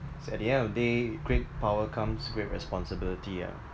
so at the end of the day great power comes great responsibility ah